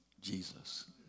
Jesus